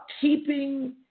keeping